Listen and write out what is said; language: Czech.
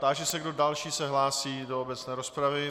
Táži se, kdo další se hlásí do obecné rozpravy.